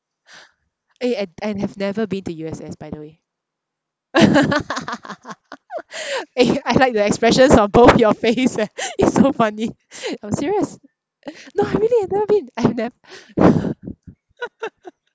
eh and I have never been to U_S_S by the way eh I like the expressions of both your face eh it's so funny I'm serious no I really I've never been I've nev~